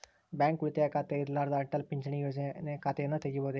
Bank ಉಳಿತಾಯ ಖಾತೆ ಇರ್ಲಾರ್ದ ಅಟಲ್ ಪಿಂಚಣಿ ಯೋಜನೆ ಖಾತೆಯನ್ನು ತೆಗಿಬಹುದೇನು?